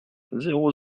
zéro